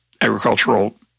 agricultural